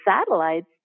satellites